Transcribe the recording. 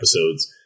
episodes